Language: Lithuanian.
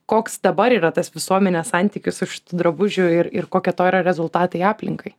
koks dabar yra tas visuomenės santykis su šitu drabužiu ir ir kokie to yra rezultatai aplinkai